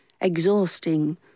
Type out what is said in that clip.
exhausting